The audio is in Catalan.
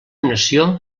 nació